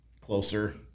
closer